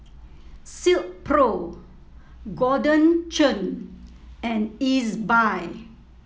Silkpro Golden Churn and Ezbuy